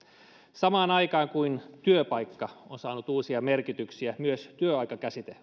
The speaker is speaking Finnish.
samaan aikaan kun työpaikka on saanut uusia merkityksiä myös työaikakäsite